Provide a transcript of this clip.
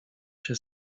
się